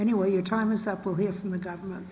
anyway your time is up we'll hear from the government